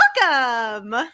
Welcome